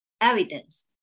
evidence